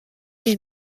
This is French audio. les